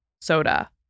soda